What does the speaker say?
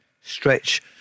stretch